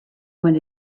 going